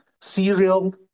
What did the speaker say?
serial